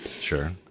Sure